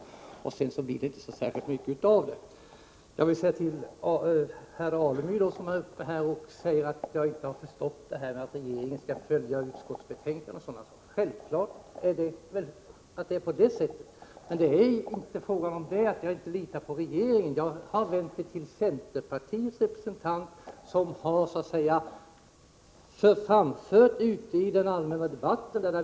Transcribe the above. Det blev inte särskilt mycket av det. 12 december 1984 Herr Alemyr sade att jag inte hade förstått att regeringen skall följa utskottsbetänkanden och sådana saker. Självfallet är det inte på det sättet. Insyn och samråd Men det är inte fråga om att jag inte litar på regeringen — jag har vänt mig till ,;örande krigsmatecenterns representant.